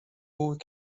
بود